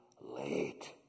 late